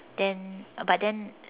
then but then